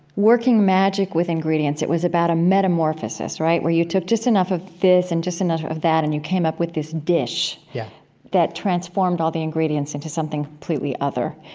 working magic with ingredients. it was about a metamorphosis, right? where you took just enough of this and just enough of that and you came up with this dish yeah that transformed all the ingredients into something completely other.